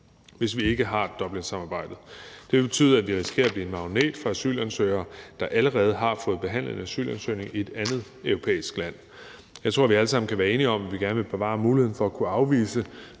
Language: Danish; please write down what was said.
hvis vi ikke har Dublinsamarbejdet. Det vil betyde, at vi risikerer at blive en magnet for asylansøgere, der allerede har fået behandlet deres asylansøgning i et andet europæisk land. Jeg tror, at vi alle sammen kan være enige om, at vi gerne vil bevare muligheden for at kunne afvise